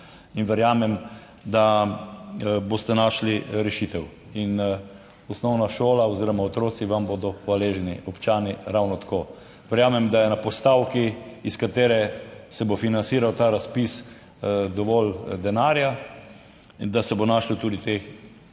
verjamem, da boste našli rešitev in osnovna šola oziroma otroci vam bodo hvaležni, občani ravno tako. Verjamem, da je na postavki iz katere se bo financiral ta razpis dovolj denarja in da se bo našlo tudi teh